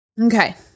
Okay